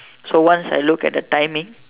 so once I look at the timing